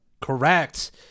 Correct